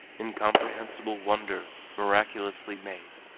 incomprehensible wonder, miraculously made!